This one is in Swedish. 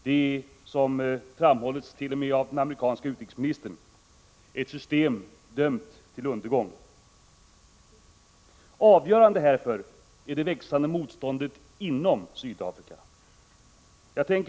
Det är, som framhållits t.o.m. av den amerikanske utrikesministern, ett system dömt till undergång. Avgörande härför är det växande motståndet inom Sydafrika.